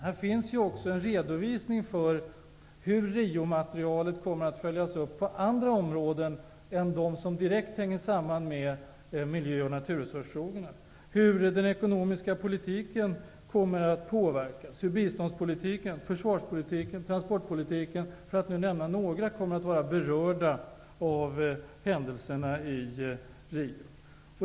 Här finns en redovisning för hur Riomaterialet kommer att följas upp på andra områden än dem som direkt hänger samman med miljö och naturresursfrågorna, hur den ekonomiska politiken, biståndspolitiken, försvarspolitiken, transportpolitiken -- för att nämna några -- kommer att beröras av händelserna i Rio. Herr talman!